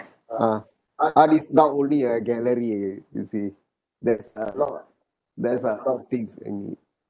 uh art is not only a gallery you see there's a lot there's a lot things in